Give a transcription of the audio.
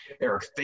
Eric